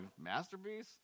masterpiece